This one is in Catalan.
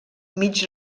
mig